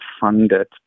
funded